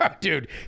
dude